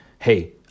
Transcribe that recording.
Hey